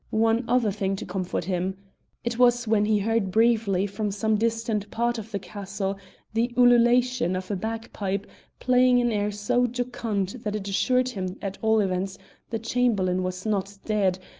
one other thing to comfort him it was when he heard briefly from some distant part of the castle the ululation of a bagpipe playing an air so jocund that it assured him at all events the chamberlain was not dead,